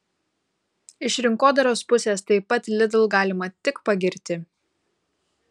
iš rinkodaros pusės taip pat lidl galima tik pagirti